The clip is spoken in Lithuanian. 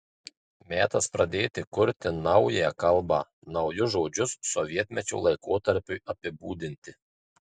metas pradėti kurti naują kalbą naujus žodžius sovietmečio laikotarpiui apibūdinti